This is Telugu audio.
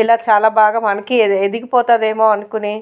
ఇలా చాలా బాగా మనకి ఎదిగిపోతుంది ఏమో అనుకుని